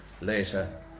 later